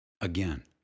Again